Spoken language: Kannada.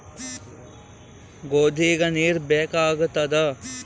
ಗೋಧಿಗ ನೀರ್ ಬೇಕಾಗತದ?